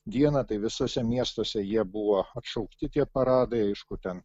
dieną tai visuose miestuose jie buvo atšaukti tie paradai aišku ten